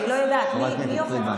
אני לא יודעת, חברת הכנסת פרידמן.